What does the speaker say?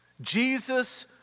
Jesus